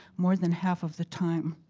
more than half of the time.